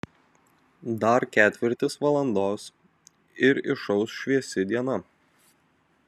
dar ketvirtis valandos ir išauš šviesi diena